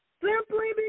Simply